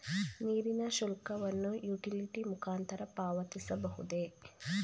ನೀರಿನ ಶುಲ್ಕವನ್ನು ಯುಟಿಲಿಟಿ ಮುಖಾಂತರ ಪಾವತಿಸಬಹುದೇ?